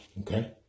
Okay